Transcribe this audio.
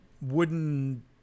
wooden